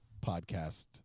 podcast